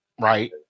right